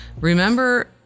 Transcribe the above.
remember